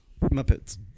Muppets